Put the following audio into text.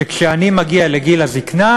כשאני מגיע לגיל הזיקנה,